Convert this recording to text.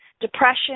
Depression